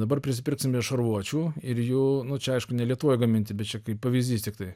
dabar prisipirksime šarvuočių ir jų nu čia aišku ne lietuvoj gaminti bet čia kaip pavyzdys tiktai